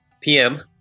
PM